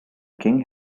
king